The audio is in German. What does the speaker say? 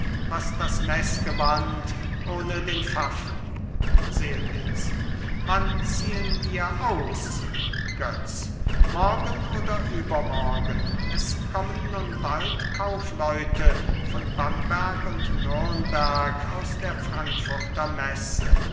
was das meßgewand ohne den pfaffen selbitz wann ziehen wir aus götz morgen oder übermorgen es kommen nun bald kaufleute von bamberg und nürnberg aus der frankfurter messe